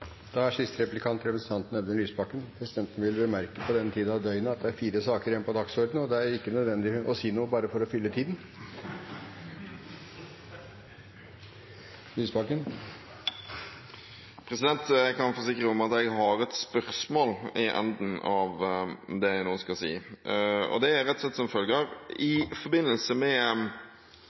Da er det viktig at vi også har et system som er forutsigbart, oversiktlig og ikke mer byråkratisk enn det det må være for å gjennomføres, som gir oss god informasjon om dette. Presidenten vil bemerke, på denne tiden av døgnet, at det er fire saker igjen på dagsordenen, og det er ikke nødvendig å si noe bare for å fylle tiden. Jeg kan forsikre om at jeg har et spørsmål i enden av det